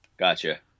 Gotcha